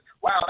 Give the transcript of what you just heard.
wow